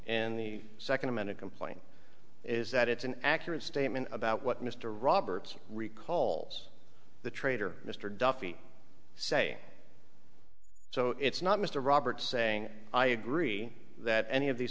and the second a minute complaint is that it's an accurate statement about what mr roberts recalls the trader mr duffy say so it's not mr roberts saying i agree that any of these